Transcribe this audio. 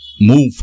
move